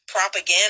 propaganda